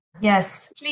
Yes